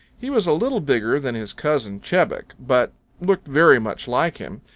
he was a little bigger than his cousin, chebec, but looked very much like him.